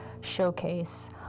showcase